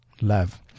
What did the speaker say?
love